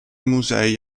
musei